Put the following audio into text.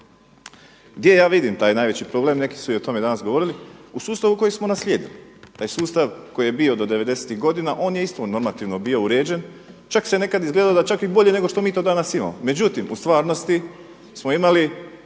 Gdje ja vidim taj najveći problem, neki su o tome danas govorili? U sustavu koji smo naslijedili. Taj sustav koji je bio do devedesetih godina on je isto bio normativno uređen, čak je nekada izgledalo da je čak bolje nego što mi to danas imamo. Međutim u stvarnosti smo imali